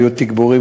היו תגבורים,